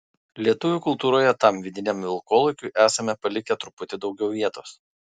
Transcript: lietuvių kultūroje tam vidiniam vilkolakiui esame palikę truputį daugiau vietos